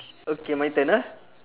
okay my turn ah